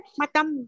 matam